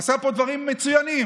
עשה פה דברים מצוינים.